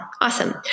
Awesome